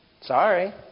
Sorry